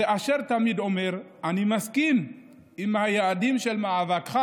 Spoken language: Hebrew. זה אשר תמיד אומר: אני מסכים ליעדים של מאבקך